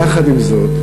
יחד עם זאת,